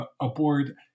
aboard